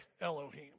Elohim